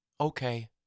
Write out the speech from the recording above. Okay